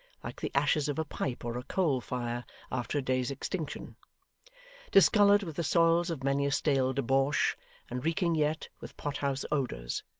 like the ashes of a pipe or a coal fire after a day's extinction discoloured with the soils of many a stale debauch, and reeking yet with pot-house odours.